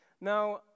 Now